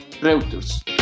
Reuters